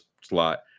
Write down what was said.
slot